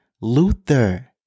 Luther